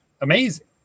amazing